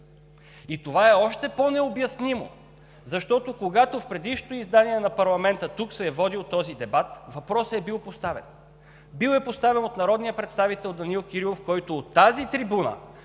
И това е още по-необяснимо, защото, когато в предишното издание на парламента тук се е водил този дебат, въпросът е бил поставен. Бил е поставен от народния представител Данаил Кирилов, който от тази трибуна